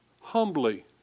humbly